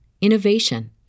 innovation